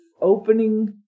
opening